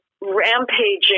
rampaging